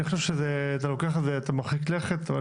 אני חושב שאתה מרחיק לכת.